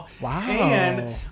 Wow